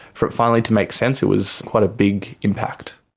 for it finally to make sense, it was quite a big impact.